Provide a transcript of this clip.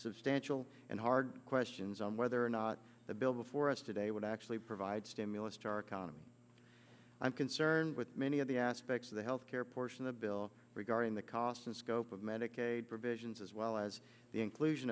substantial and hard questions on whether or not the bill before us today would actually provide stimulus to our economy i'm concerned with many of the aspects of the health care portion the bill regarding the cost and scope of medicaid provisions as well as the inclusion